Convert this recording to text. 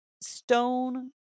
stone